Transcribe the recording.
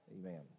Amen